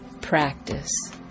practice